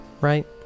right